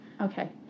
Okay